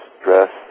stress